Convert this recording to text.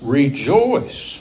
rejoice